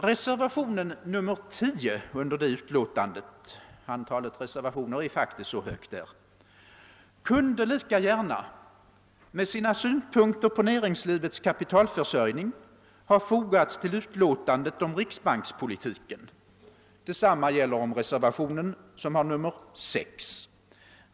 Reservationen 10 under det utlåtandet — antalet reservationer är faktiskt så högt — kunde lika gärna med sina synpunkter på näringslivets kapitalförsörjning ha fogats till utlåtandet om riksbankspolitiken. Detsamma gäller reservationen 6.